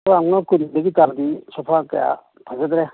ꯇ꯭ꯔꯥꯡꯉꯥ ꯀꯨꯟꯗꯒꯤ ꯇꯥꯔꯗꯤ ꯁꯣꯐꯥ ꯀꯌꯥ ꯐꯖꯗ꯭ꯔꯦ